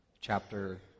chapter